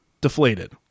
deflated